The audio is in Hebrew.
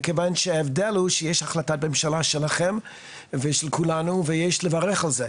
מכיוון שההבדל הוא שיש החלטת ממשלה שלכם ושל כולנו ויש לברך על זה.